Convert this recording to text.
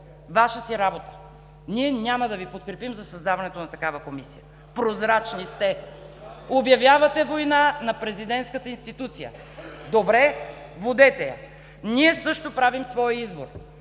Ваша работа! Ние няма да Ви подкрепим за създаването на такава комисия. Прозрачни сте! Обявявате война на президентската институция! Добре, водете я. Ние също правим своя избор.